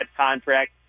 contract